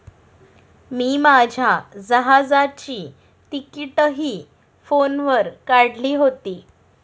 मी माझ्या जहाजाची तिकिटंही फोनवर काढली होती